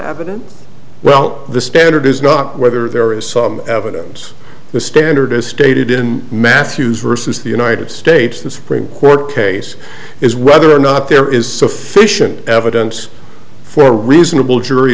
evidence well the standard is not whether there is some evidence the standard as stated in mathews versus the united states the supreme court case is whether or not there is sufficient evidence for a reasonable jury